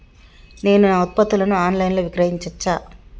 నేను నా ఉత్పత్తులను ఆన్ లైన్ లో విక్రయించచ్చా?